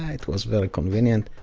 it was very convenient.